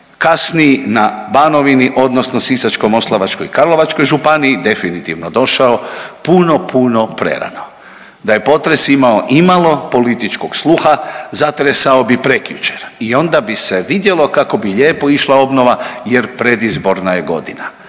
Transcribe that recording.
kasniji na Banovini odnosno Sisačko-moslavačkoj i Karlovačkoj županiji definitivno došao puno, puno prerano. Da je potres imao imalo političkog sluha zatresao bi prekjučer i onda bi se vidjelo kako bi lijepo išla obnova jer predizborna je godina.